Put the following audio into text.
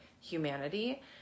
humanity